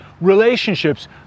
relationships